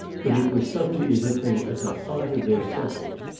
but it was suddenly as if they were at the heart of their subject.